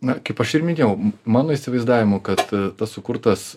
na kaip aš ir minėjau mano įsivaizdavimu kad tas sukurtas